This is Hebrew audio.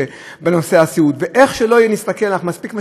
אבל אנחנו מבינים שהולך להיות דוח קשה בנושא הסיעוד,